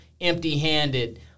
empty-handed